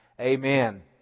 Amen